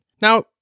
Now